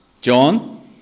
John